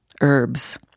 herbs